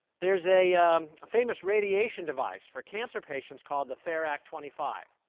there's a um famous radiation device for cancer patients called the therac twenty five.